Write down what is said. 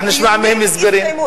אנחנו נשמע מהם הסברים.